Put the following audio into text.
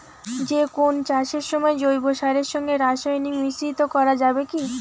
যে কোন চাষের সময় জৈব সারের সঙ্গে রাসায়নিক মিশ্রিত করা যাবে কি?